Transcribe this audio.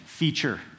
feature